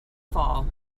fall